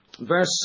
Verse